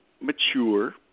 mature